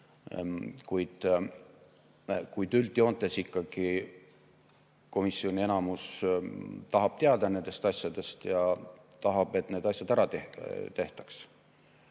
Kuid üldjoontes ikkagi komisjoni enamus tahab teada nendest asjadest ja tahab, et need asjad ära tehtaks.